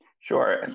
Sure